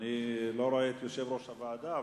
אני לא רואה את יושב-ראש הוועדה.